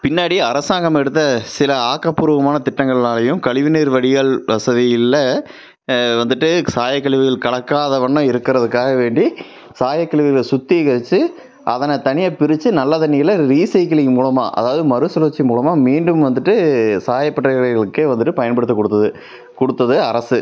பின்னாடி அரசாங்கம் எடுத்த சில ஆக்கப்பூர்வமான திட்டங்கள்னாலேயும் கழிவு நீர் வடிகால் வசதிகளில் வந்துவிட்டு சாயக் கழிவுகள் கலக்காத வண்ணம் இருக்கிறதுக்காக வேண்டி சாயக் கழிவுகள சுத்திகரித்து அதனை தனியாக பிரித்து நல்ல தண்ணியில் ரீசைக்கிளிங் மூலமாக அதாவது மறுசுழற்சி மூலமாக மீண்டும் வந்துவிட்டு சாயப்பட்டறைகளுக்கே வந்துவிட்டு பயன்படுத்த கொடுத்தது கொடுத்தது அரசு